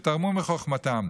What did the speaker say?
ותרמו מחוכמתם,